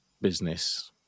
business